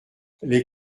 les